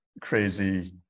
crazy